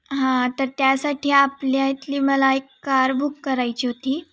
हां तर त्यासाठी आपल्या इथली मला एक कार बुक करायची होती